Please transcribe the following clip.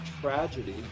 tragedy